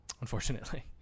Unfortunately